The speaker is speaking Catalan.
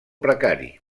precari